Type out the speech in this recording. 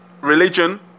religion